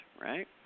right